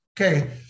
Okay